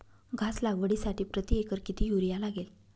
घास लागवडीसाठी प्रति एकर किती युरिया लागेल?